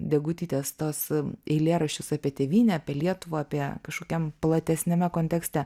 degutytės tuos eilėraščius apie tėvynę apie lietuvą apie kažkokiam platesniame kontekste